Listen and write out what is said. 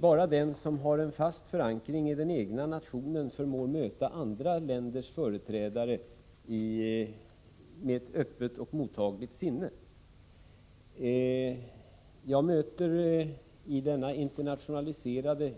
Bara den som har en fast förankring i den egna nationen förmår möta andra länders företrädare med ett öppet och mottagligt sinne. Jag möter i denna